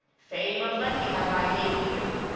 fame a plenty have i gained in youth!